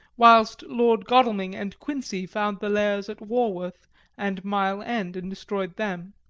whilst lord godalming and quincey found the lairs at walworth and mile end and destroyed them.